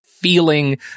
feeling